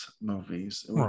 movies